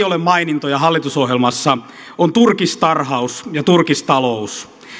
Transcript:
ole mainintoja hallitusohjelmassa on turkistarhaus ja turkistalous